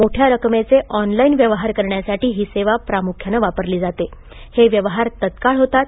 मोठ्या रकमेचे ऑनलाईन व्यवहार करण्यासाठी ही सेवा प्रामुख्याने वापरली जाते आणि हे व्यवहार तत्काळ होतात